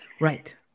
Right